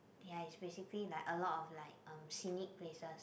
ya is basically like a lot of like uh scenic places